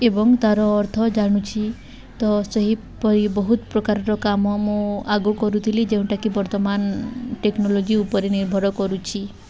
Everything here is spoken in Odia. ଏବଂ ତାର ଅର୍ଥ ଜାଣୁଛି ତ ସେହିପରି ବହୁତ ପ୍ରକାରର କାମ ମୁଁ ଆଗକୁ କରୁଥିଲି ଯେଉଁଟାକି ବର୍ତ୍ତମାନ ଟେକ୍ନୋଲୋଜି ଉପରେ ନିର୍ଭର କରୁଛି